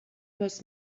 must